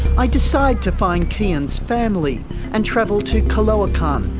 i decide to find kian's family and travel to caloocan,